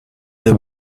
they